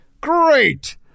Great